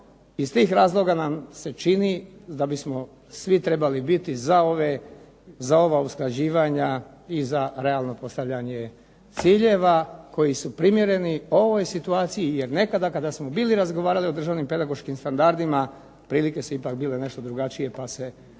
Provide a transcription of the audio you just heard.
iz tih razloga nam se čini da bismo svi trebali biti za ove, za ova usklađivanja i za realno postavljanje ciljeva, koji su primjereni ovoj situaciji, jer nekada kada smo bili razgovarali o državnim pedagoškim standardima, prilike su ipak bile nešto drugačije pa se možda